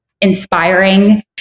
inspiring